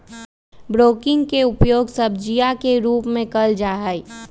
broccoli के उपयोग सब्जीया के रूप में कइल जाहई